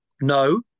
No